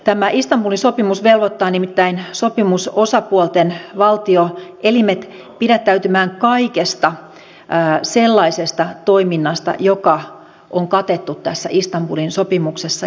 tämä istanbulin sopimus velvoittaa nimittäin sopimusosapuolten valtioelimet pidättäytymään kaikesta sellaisesta toiminnasta joka on katettu tässä istanbulin sopimuksessa